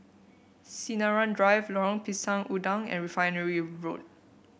Sinaran Drive Lorong Pisang Udang and Refinery Road